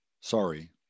Sorry